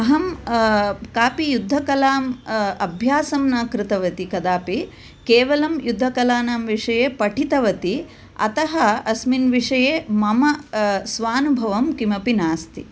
अहं कापि युद्धकलाम् अभ्यासं न कृतवती कदापि केवलं युद्धकलानां विषये पठितवती अतः अस्मिन् विषये मम स्वानुभवं किमपि नास्ति